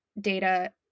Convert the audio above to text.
data